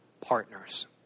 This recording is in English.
partners